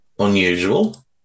Unusual